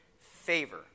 favor